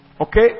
Okay